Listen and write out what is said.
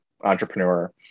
entrepreneur